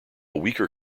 weaker